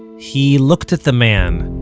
he looked at the man,